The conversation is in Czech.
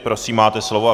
Prosím, máte slovo.